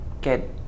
get